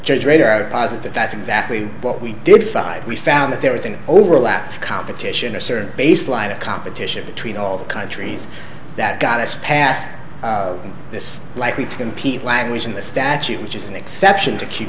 judge radar posit that that's exactly what we did five we found that there was an overlap competition a certain baseline of competition between all the countries that got us past this likely to compete language in the statute which is an exception to keep